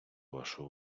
вашу